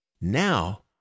Now